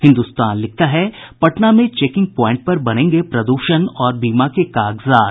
हिन्दुस्तान लिखता है पटना में चेकिंग प्वाइंट पर बनेगे प्रदूषण और बीमा के कागजात